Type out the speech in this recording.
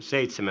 asia